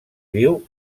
viu